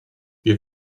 wir